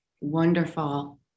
Wonderful